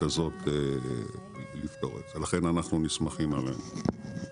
הזאת לפתור את זה ולכן אנחנו נסמכים עליהם.